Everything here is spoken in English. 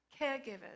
Caregivers